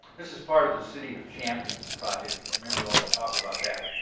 this is part of the city of champions project, if you remember all the talk about that,